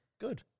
good